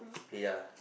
ya